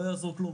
לא יעזור כלום,